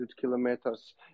kilometers